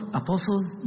apostles